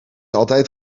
altijd